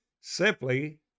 simply